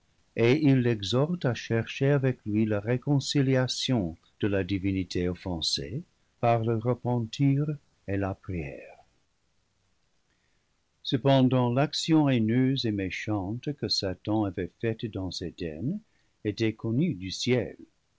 et il l'exhorte à chercher avec lui la réconciliation de la divinité offensée par le repentir et la prière cependant l'action haineuse et méchante que satan avait faite dans eden était connue du ciel